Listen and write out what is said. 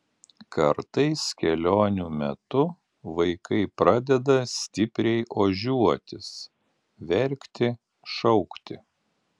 kartais kelionių metu vaikai pradeda stipriai ožiuotis verkti šaukti